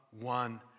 one